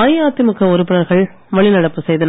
அஇஅதிமுக உறுப்பினர்கள் வெளிநடப்பு செய்தனர்